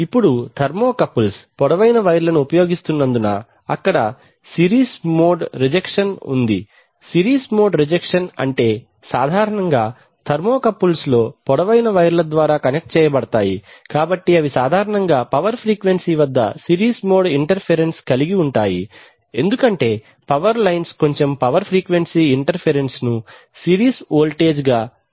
ఇప్పుడు థర్మోకపుల్స్ పొడవైన వైర్లను ఉపయోగిస్తున్నందున అక్కడ సెరీస్ మోడ్ రెజెక్షన్ ఉంది సెరీస్ మోడ్ రెజెక్షన్ అంటే సాధారణంగా థర్మోకపుల్స్తో పొడవైన వైర్లు ద్వారా కనెక్ట్ చేయబడతాయి కాబట్టి అవి సాధారణంగా పవర్ ఫ్రీక్వెన్సీ వద్ద సిరీస్ మోడ్ ఇంటర్ ఫెరెన్స్ కలిగి ఉం టాయి ఎందుకంటే పవర్ లైన్స్ కొంచెం పవర్ ఫ్రీక్వెన్సీ ఇంటర్ ఫెరెన్స్ ను సిరీస్ వోల్టేజ్ గా జోడిస్తాయి